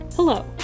Hello